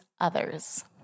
others